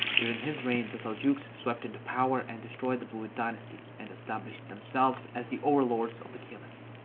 during his reign, the seljuqs swept into power and destroyed the buyid dynasty and established themselves as the overlords of the seljuqs.